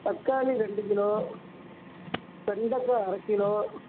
தக்காளி ரெண்டு கிலோ வெண்டக்காய் அரை கிலோ